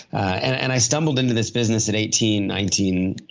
and i stumbled into this business at eighteen, nineteen,